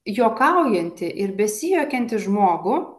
juokaujantį ir besijuokiantį žmogų